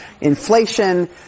Inflation